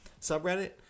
subreddit